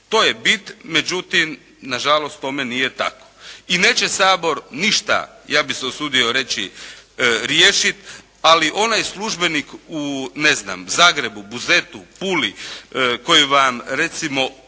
To je bit međutim nažalost tome nije tako. I neće Sabor ništa ja bih se usudio reći riješiti, ali onaj službenik u, ne znam, Zagrebu, Buzetu, Puli koji vam recimo